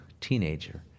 teenager